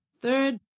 Third